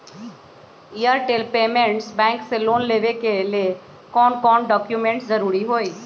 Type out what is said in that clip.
Airtel payments bank से loan लेवे के ले कौन कौन डॉक्यूमेंट जरुरी होइ?